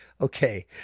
okay